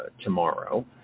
tomorrow